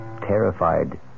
terrified